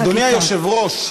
אדוני היושב-ראש,